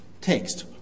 text